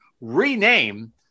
Rename